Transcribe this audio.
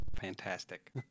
fantastic